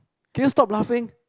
can you stop laughing